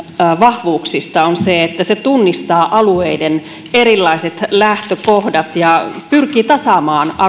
vahvuuksista on se että se tunnistaa alueiden erilaiset lähtökohdat ja pyrkii tasaamaan